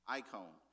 icon